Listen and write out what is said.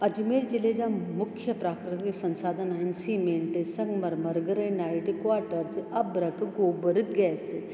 अजमेर ज़िले जा मुख्य प्राकृतिक संसाधन आहिनि सीमेंट संगमरमर ग्रेनाइट क्वाटर जे अब्रक गोबर गैस